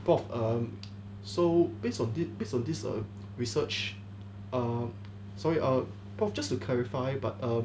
prof err mm so based on this based on this err research err sorry err prof just to clarify but err mm